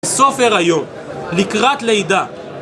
סופר היום, לקראת לידה